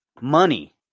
Money